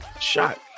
shot